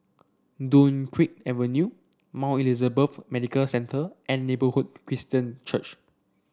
Dunkirk Avenue Mount Elizabeth Medical Centre and Neighbourhood Christian Church